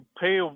pay